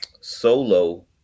solo